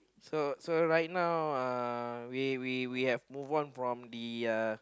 so so right now uh we we we have move on from the uh